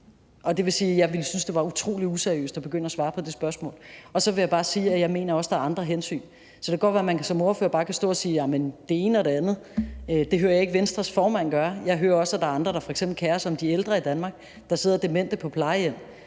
Det vil sige, at jeg ville synes, det var utrolig useriøst at begynde at svare på det spørgsmål. Og så vil jeg bare sige, at jeg også mener, at der er andre hensyn. Det kan godt være, man som spørger bare kan stå og sige det ene og det andet. Det hører jeg ikke Venstres formand gøre. Jeg hører, at der er andre, der kerer sig om f.eks. de ældre i Danmark, der sidder demente på plejehjem.